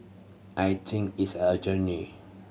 I think it's a journey